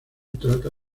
trata